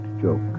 joke